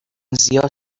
زیاد